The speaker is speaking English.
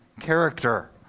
character